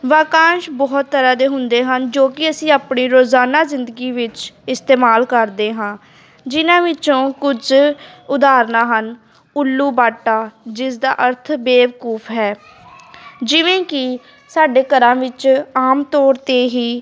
ਵਾਕੰਸ਼ ਬਹੁਤ ਤਰ੍ਹਾਂ ਦੇ ਹੁੰਦੇ ਹਨ ਜੋ ਕਿ ਅਸੀਂ ਆਪਣੇ ਰੋਜ਼ਾਨਾ ਜਿੰਦਗੀ ਵਿੱਚ ਇਸਤੇਮਾਲ ਕਰਦੇ ਹਾਂ ਜਿਹਨਾਂ ਵਿੱਚੋਂ ਕੁਝ ਉਦਾਹਰਨਾਂ ਹਨ ਉੱਲੂ ਬਾਟਾ ਜਿਸ ਦਾ ਅਰਥ ਬੇਵਕੂਫ ਹੈ ਜਿਵੇਂ ਕਿ ਸਾਡੇ ਘਰਾਂ ਵਿੱਚ ਆਮ ਤੌਰ 'ਤੇ ਹੀ